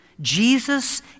Jesus